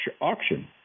auction